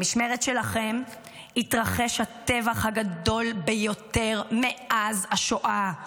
במשמרת שלכם התרחש הטבח הגדול ביותר מאז השואה,